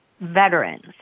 veterans